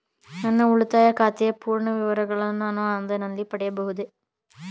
ನನ್ನ ಉಳಿತಾಯ ಖಾತೆಯ ಪೂರ್ಣ ವಿವರಗಳನ್ನು ನಾನು ಆನ್ಲೈನ್ ನಲ್ಲಿ ಪಡೆಯಬಹುದೇ?